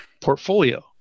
portfolio